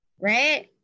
right